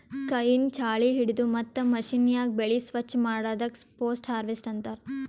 ಕೈಯಿಂದ್ ಛಾಳಿ ಹಿಡದು ಮತ್ತ್ ಮಷೀನ್ಯಾಗ ಬೆಳಿ ಸ್ವಚ್ ಮಾಡದಕ್ ಪೋಸ್ಟ್ ಹಾರ್ವೆಸ್ಟ್ ಅಂತಾರ್